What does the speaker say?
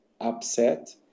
upset